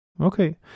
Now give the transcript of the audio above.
Okay